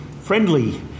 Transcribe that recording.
friendly